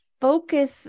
Focus